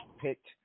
picked